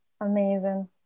Amazing